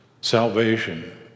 salvation